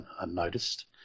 unnoticed